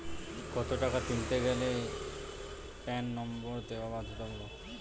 কত টাকা তুলতে গেলে প্যান নম্বর দেওয়া বাধ্যতামূলক?